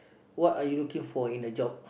what are you looking for in a job